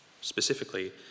specifically